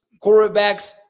quarterbacks